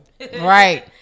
right